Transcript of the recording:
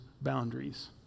boundaries